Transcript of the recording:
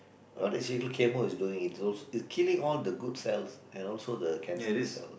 what is even chemo is doing it's killing all the good cells and also the cancerous cells